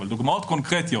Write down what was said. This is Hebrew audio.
אבל דוגמאות קונקרטיות,